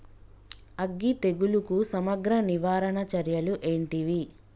అగ్గి తెగులుకు సమగ్ర నివారణ చర్యలు ఏంటివి?